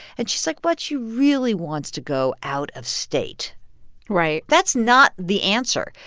and she's like, but she really wants to go out of state right that's not the answer.